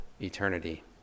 eternity